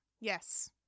Yes